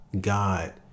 God